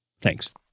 Thanks